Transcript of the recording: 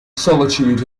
solitude